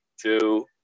two